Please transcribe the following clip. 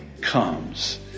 comes